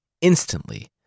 Instantly